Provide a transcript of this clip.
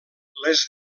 les